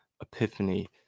epiphany